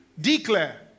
declare